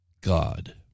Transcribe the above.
God